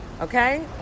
okay